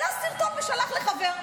שהעלה סרטון ושלח לחבר,